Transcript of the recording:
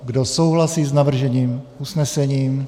Kdo souhlasí s navrženým usnesením?